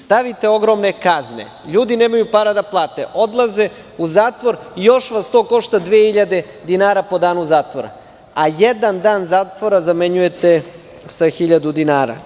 Stavite ogromne kazne, ljudi nemaju pare da plate, odlaze u zatvor i to vas još košta 2.000 dinara po danu zatvora, a jedan dan zatvora zamenjujete sa 1.000 dinara.